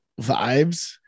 vibes